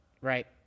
right